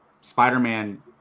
Spider-Man